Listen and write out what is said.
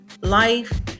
life